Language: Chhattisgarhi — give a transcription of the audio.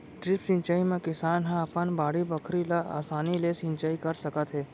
ड्रिप सिंचई म किसान ह अपन बाड़ी बखरी ल असानी ले सिंचई कर सकत हे